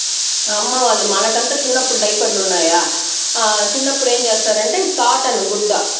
అమ్మవాళ్ళు మనకంత చిన్నప్పుడు డైపర్లు ఉన్నాయా చిన్నప్పుడు ఏం చేస్తారంటే కాటన్ గుడ్డ